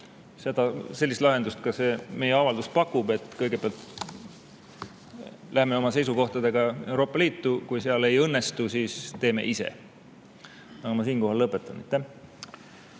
teha – sellist lahendust ka meie avaldus pakub. Kõigepealt läheme oma seisukohtadega Euroopa Liitu, kui seal midagi ei õnnestu, siis teeme ise. Ma siinkohal lõpetan.